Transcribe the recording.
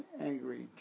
angry